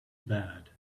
bad